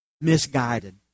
misguided